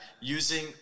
using